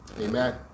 Amen